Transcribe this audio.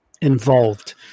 involved